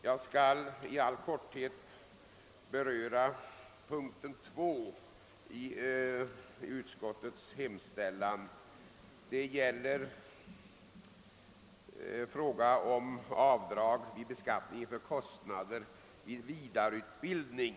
Jag skall här i all korthet beröra punkten B 2, som gäller frågan om rätt till avdrag för kostnader i samband med vidareutbildning.